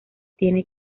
tiene